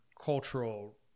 cultural